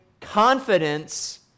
confidence